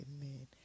Amen